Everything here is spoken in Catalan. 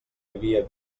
havia